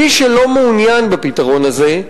מי שלא מעוניין בפתרון הזה,